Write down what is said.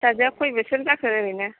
फिसाजोआ खय बोसोर जाखो ओरैनो